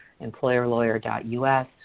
employerlawyer.us